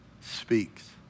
speaks